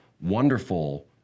wonderful